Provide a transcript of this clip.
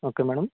okay madam